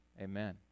Amen